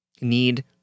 need